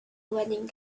wedding